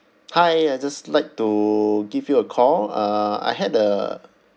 hi I just like to give you a call uh I had a